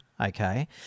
okay